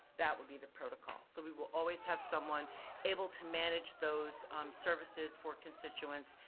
that will be the protocol. so we will always have someone able to manage those services for constituents,